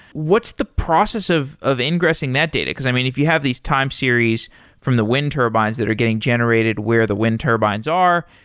what's the process of of ingressing that data? because i mean if you have these time series from the wind turbines that are getting generated where the wind turbines are,